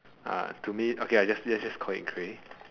ah to me okay I just let's just call it grey